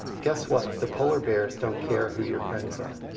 guess what? the polar bears don't care who your friends are.